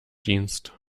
dienst